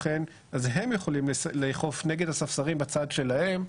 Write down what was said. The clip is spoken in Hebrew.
אז הם יכולים לאכוף נגד הספסרים בצד שלהם.